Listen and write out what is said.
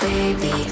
Baby